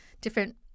different